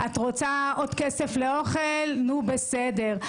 את רוצה עוד כסף לאוכל - נו בסדר.